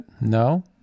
No